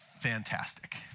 fantastic